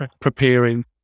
preparing